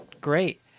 great